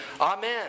Amen